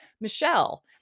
Michelle